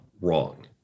wrong